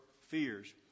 fears